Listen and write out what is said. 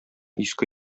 иске